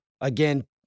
again